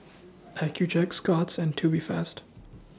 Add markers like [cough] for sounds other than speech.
Accucheck Scott's and Tubifast [noise]